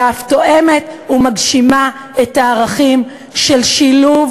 אלא אף תואמת ומגשימה את הערכים של שילוב